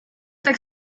так